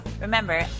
Remember